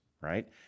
right